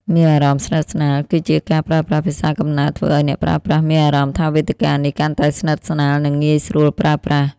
មានអារម្មណ៍ស្និទ្ធស្នាល គឹជាការប្រើប្រាស់ភាសាកំណើតធ្វើឲ្យអ្នកប្រើប្រាស់មានអារម្មណ៍ថាវេទិកានេះកាន់តែស្និទ្ធស្នាល និងងាយស្រួលប្រើប្រាស់។